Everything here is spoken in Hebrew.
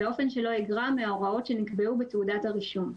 באופן שלא יגרע מההוראות שנקבעו בתעודת הרישום.